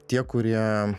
tie kurie